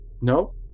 No